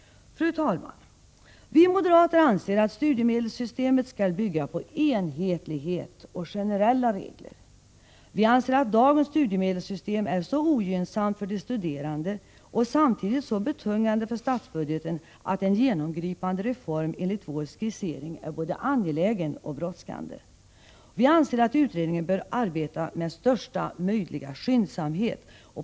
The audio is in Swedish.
Fru talman! Vi moderater anser att studiemedelssystemet skall bygga på enhetlighet och generella regler. Vi anser att dagens studiemedelssystem är så ogynnsamt för de studerande och samtidigt så betungande för statsbudgeten att en genomgripande reform enligt vår skissering är både angelägen och brådskande. Vi anser att utredningen bör arbeta med största möjliga skyndsamhet.